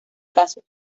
casos